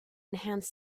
enhance